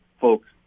folks